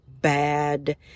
bad